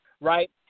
Right